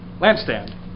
lampstand